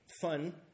fun